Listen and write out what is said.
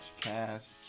Cast